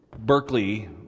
Berkeley